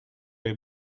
les